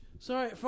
Sorry